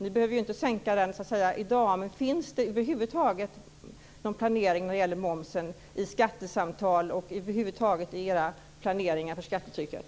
Ni behöver ju inte sänka den i dag, men finns det över huvud taget någon planering när det gäller momsen i skattesamtalen och i era planer för skattetrycket?